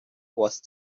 was